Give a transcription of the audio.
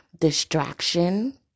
distraction